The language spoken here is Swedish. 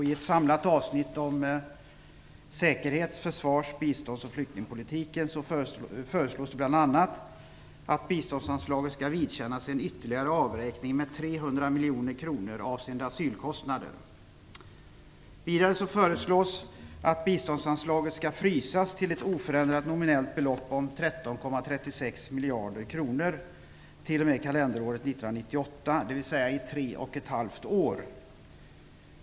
I ett samlat avsnitt om säkerhets-, försvars-, bistånds och flyktingpolitiken föreslås bl.a. att biståndsanslaget skall vidkännas en ytterligare avräkning med 300 miljoner kronor avseende asylkostnader. Vidare föreslås att biståndsanslaget skall frysas till ett oförändrat nominellt belopp om 13,36 miljarder kronor t.o.m. kalenderåret 1998, dvs. i tre och ett halvt år.